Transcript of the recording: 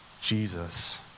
Jesus